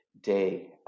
day